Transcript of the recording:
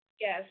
Yes